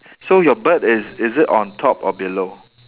so your bird is is it on top or below